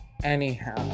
Anyhow